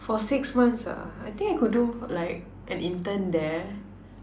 for six months ah I think I could do like an intern there